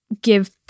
give